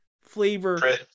flavor